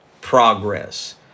Progress